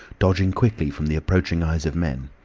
dodging quickly from the approaching eyes of men.